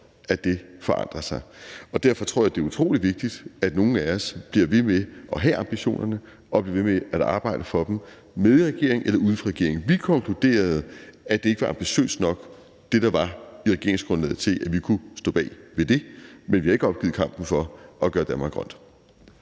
at det forandrer sig. Derfor tror jeg, det er utrolig vigtigt, at nogle af os bliver ved med at have ambitionerne, og at vi bliver ved med at arbejde for dem med i regeringen eller uden for regeringen. Vi konkluderede, at det, der var i regeringsgrundlaget, ikke var ambitiøst nok til, at vi kunne stå bag ved det. Men vi har ikke opgivet kampen for at gøre Danmark grønt.